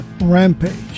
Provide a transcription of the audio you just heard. Rampage